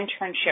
internship